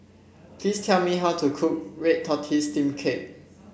please tell me how to cook Red Tortoise Steamed Cake